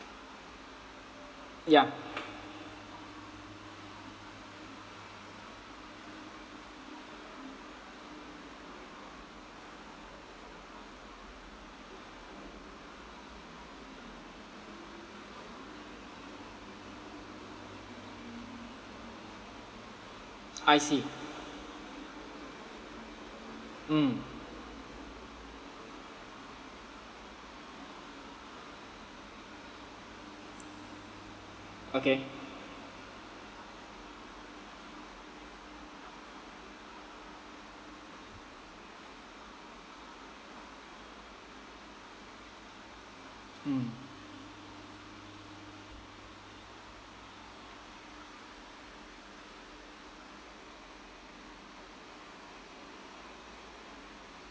ya I see mm okay mm